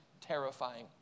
terrifying